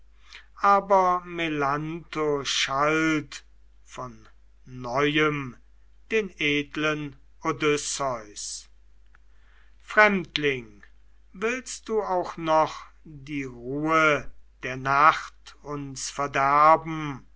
aber melantho schalt von neuem den edlen odysseus fremdling willst du auch noch die ruhe der nacht uns verderben